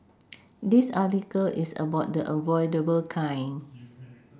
this article is about the avoidable kind